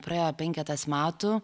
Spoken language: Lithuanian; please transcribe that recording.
praėjo penketas metų